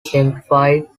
simplified